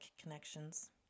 connections